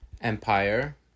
empire